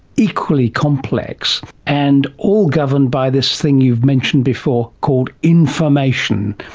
equally complex, and all governed by this thing you've mentioned before called information.